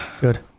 Good